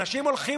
אנשים הולכים,